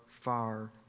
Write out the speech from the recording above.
far